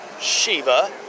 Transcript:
Shiva